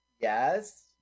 Yes